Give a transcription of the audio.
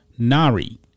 Nari